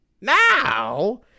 Now